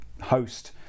host